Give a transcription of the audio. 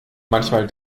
manchmal